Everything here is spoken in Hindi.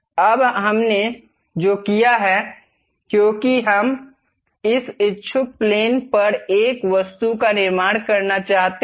अब हमने जो किया है क्योंकि हम उस इच्छुक प्लेन पर एक वस्तु का निर्माण करना चाहते हैं